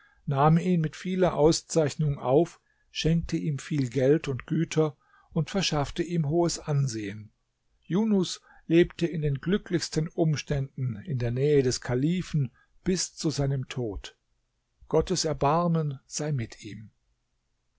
nahm ihn mit vieler auszeichnung auf schenkte ihm viel geld und güter und verschaffte ihm hohes ansehen junus lebte in den glücklichsten umständen in der nähe des kalifen bis zu seinem tod gottes erbarmen sei mit ihm